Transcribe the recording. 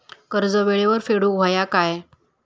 कर्ज येळेवर फेडूक होया काय?